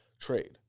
trade